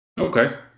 Okay